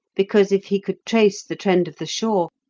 because if he could trace the trend of the shore,